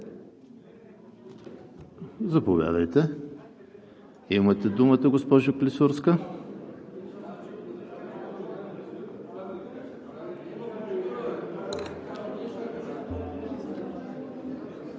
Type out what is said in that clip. Заповядайте, имате думата, госпожо Клисурска.